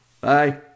Bye